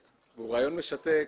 משתק,